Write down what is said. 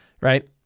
right